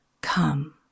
Come